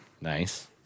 Nice